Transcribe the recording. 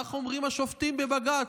כך אומרים השופטים בבג"ץ,